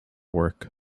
work